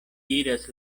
iras